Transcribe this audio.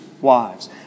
wives